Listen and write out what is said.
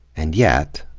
and yet,